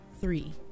three